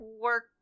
work